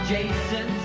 Jason